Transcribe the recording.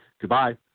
Goodbye